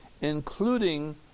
including